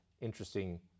interesting